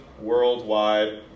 worldwide